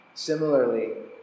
Similarly